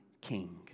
King